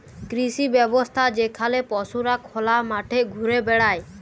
কৃষি ব্যবস্থা যেখালে পশুরা খলা মাঠে ঘুরে বেড়ায়